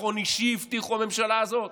ביטחון אישי הבטיחו בממשלה הזאת?